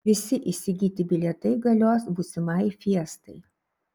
visi įsigyti bilietai galios būsimai fiestai